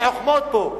אין חוכמות פה.